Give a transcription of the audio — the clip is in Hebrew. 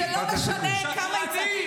שקרנית.